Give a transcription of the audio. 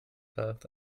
health